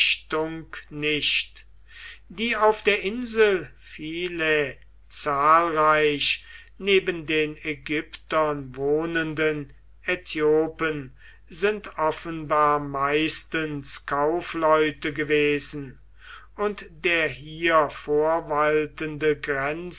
nicht die auf der insel philae zahlreich neben den ägyptern wohnenden äthiopen sind offenbar meistens kaufleute gewesen und der hier vorwaltende